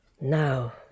Now